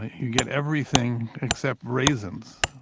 you get everything except raisins.